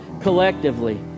collectively